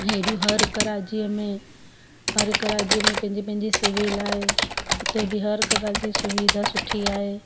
हेॾियूं हर हिक राज्य में हर हिक राज्य में पंहिंजी पंहिंजी सिविल आहे हुते बि हर हिक ॻाल्हि जी सुविधा सुठी आहे